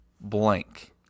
blank